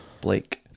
Blake